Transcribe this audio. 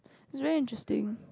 is very interesting